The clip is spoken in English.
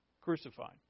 crucified